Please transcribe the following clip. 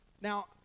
Now